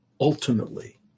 ultimately